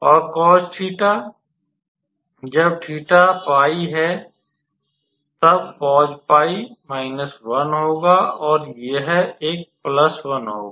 और 𝑐𝑜𝑠𝜃 जब 𝜃 𝜋 है तब 𝑐𝑜𝑠𝜋 −1 होगा तब यह एक 1 होगा